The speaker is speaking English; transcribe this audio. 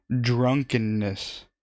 drunkenness